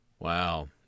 Wow